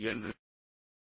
ஏன்